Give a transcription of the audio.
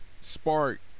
spark